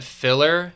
filler